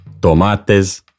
tomates